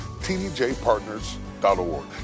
tdjpartners.org